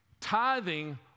Tithing